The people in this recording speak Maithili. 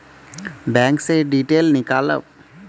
बैंक से डीटेल नीकालव?